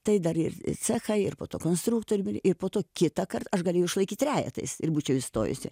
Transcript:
tai dar ir cechą ir po to konstruktorių biurai ir po to kitąkart aš galėjau išlaikyt trejetais ir būčiau įstojusi